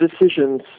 decisions